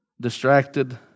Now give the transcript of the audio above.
distracted